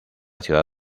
ciudad